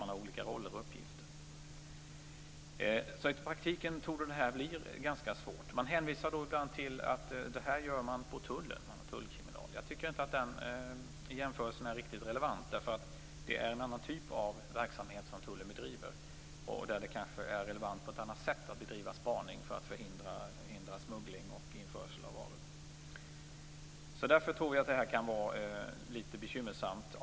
Man har ju olika uppgifter och olika roller. I praktiken torde det här alltså bli ganska svårt. Man hänvisar ibland till att tullen gör detta, att man har tullkriminal. Jag tycker inte att den jämförelsen är riktigt relevant. Tullen bedriver en annan typ av verksamhet där det kanske är relevant på ett annat sätt att bedriva spaning för att förhindra smuggling och införsel av varor. Av det skälet tror jag att det kan vara litet bekymmersamt.